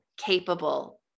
capable